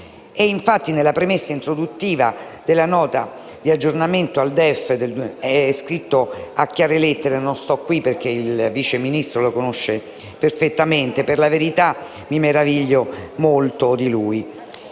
Nella premessa introduttiva della Nota di aggiornamento al DEF è scritto a chiare lettere, e non sto qui a ripeterlo perché il Vice Ministro lo conosce perfettamente; anzi, per la verità, mi meraviglio molto di lui.